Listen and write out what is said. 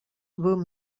were